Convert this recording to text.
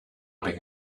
being